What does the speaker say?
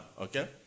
Okay